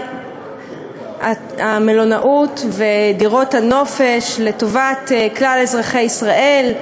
חדרי המלונות ודירות הנופש לטובת כלל אזרחי ישראל,